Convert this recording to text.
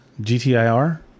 GTIR